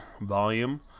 volume